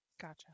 Gotcha